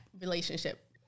relationship